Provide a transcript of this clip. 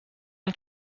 own